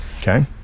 Okay